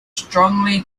strongly